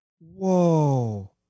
Whoa